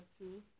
two